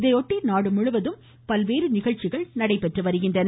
இதையொட்டி நாடு முழுவதும் பல்வேறு நிகழ்ச்சிகள் நடைபெற்று வருகின்றன